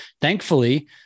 thankfully